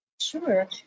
Sure